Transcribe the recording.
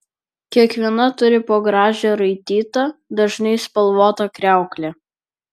kiekviena turi po gražią raitytą dažnai spalvotą kriauklę